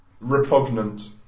repugnant